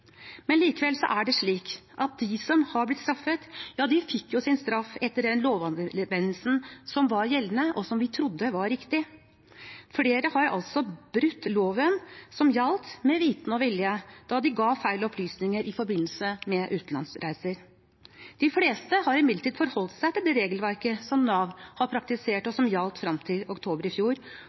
Men likevel er det slik at de som har blitt straffet, fikk sin straff etter den lovanvendelsen som var gjeldende, og som vi trodde var riktig. Flere har altså brutt loven som gjaldt, med vitende og vilje, da de ga feil opplysninger i forbindelse med utenlandsreiser. De fleste har imidlertid forholdt seg til det regelverket som Nav har praktisert, og som gjaldt frem til oktober i fjor,